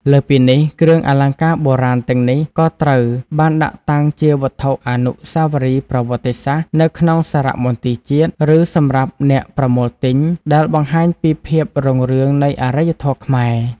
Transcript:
លើសពីនេះ គ្រឿងអលង្ការបុរាណទាំងនេះក៏ត្រូវបានដាក់តាំងជា វត្ថុអនុស្សាវរីយ៍ប្រវត្តិសាស្ត្រ នៅក្នុងសារមន្ទីរជាតិ ឬសម្រាប់អ្នកប្រមូលទិញ ដែលបង្ហាញពីភាពរុងរឿងនៃអរិយធម៌ខ្មែរ។